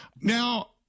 Now